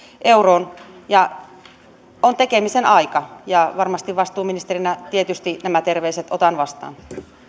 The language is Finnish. euroon on tekemisen aika ja vastuuministerinä tietysti nämä terveiset otan vastaan